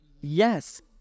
Yes